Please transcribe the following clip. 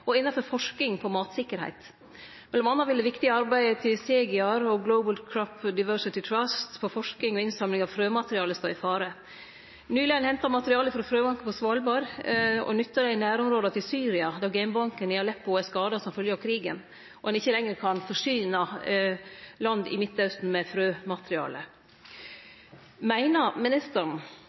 og innanfor forsking på matsikkerheit. Mellom anna vil det viktige arbeidet til CGIAR Consortium og Global Crop Diversity Trust på forsking og innsamling av frømateriale stå i fare. Nyleg har ein henta materiale frå frøbanken på Svalbard og nytta dei i nærområda til Syria, sidan genbanken i Aleppo er skada som følgje av krigen og ein ikkje lenger kan forsyne land i Midtausten med frømateriale. Meiner ministeren